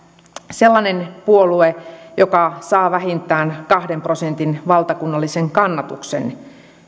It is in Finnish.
sellainen puolue joka saa vähintään kahden prosentin valtakunnallisen kannatuksen